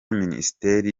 minisiteri